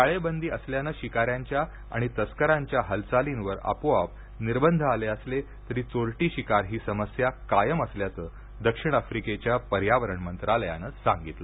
टाळेबंदी असल्यान शिकाऱ्यांच्या आणि तस्करांच्या हालचालींवर आपोआप निर्बंध आले असले तरी चोरटी शिकार ही समस्या कायम असल्याचं दक्षिण आफ्रिकेच्या पर्यावरण मंत्रालयानं सांगितलं